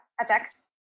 attacks